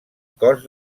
cos